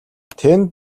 тэнд